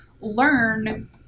learn